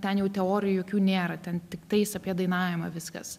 ten jau teorijų jokių nėra ten tiktais apie dainavimą viskas